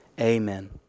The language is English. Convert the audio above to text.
amen